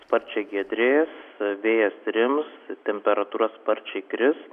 sparčiai giedrės vėjas rims temperatūra sparčiai kris